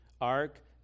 ark